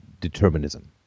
determinism